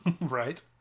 Right